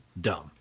dumb